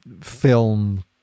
film